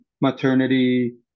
maternity